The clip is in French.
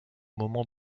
moment